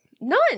None